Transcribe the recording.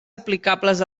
aplicables